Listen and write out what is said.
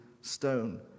stone